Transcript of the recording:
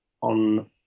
on